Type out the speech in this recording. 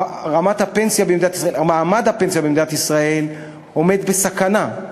מעמד הפנסיה במדינת ישראל עומד בסכנה.